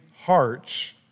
hearts